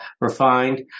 refined